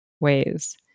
ways